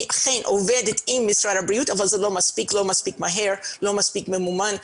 אני עובדת עם משרד הבריאות אבל זה לא מספיק מהר ולא מספיק ממומן.